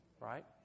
Right